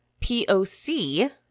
POC